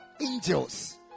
angels